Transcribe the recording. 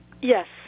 Yes